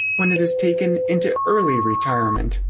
when it is taken into early retirement.